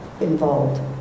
involved